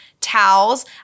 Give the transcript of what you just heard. towels